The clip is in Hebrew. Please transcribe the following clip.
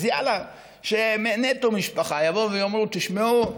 אז יאללה, שנטו משפחה יבואו ויאמרו: תשמעו,